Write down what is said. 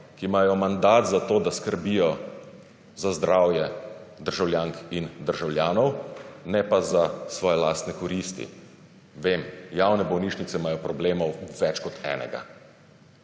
ki imajo mandat za to, da skrbjo za zdravje državljank in državljanov, ne pa za svoje lastne koristi. Vem, javne bolnišnice imajo problemov več kot enega.